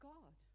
God